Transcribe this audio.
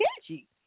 catchy